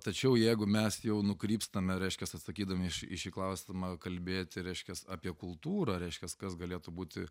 tačiau jeigu mes jau nukrypstame reiškias atsakydami į šį klausimą kalbėti reiškias apie kultūrą reiškias kas galėtų būti